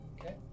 Okay